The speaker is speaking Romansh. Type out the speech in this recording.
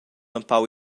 empau